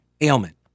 ailment